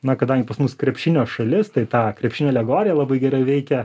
na kadangi pas mus krepšinio šalis tai ta krepšinio alegorija labai gerai veikia